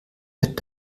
wird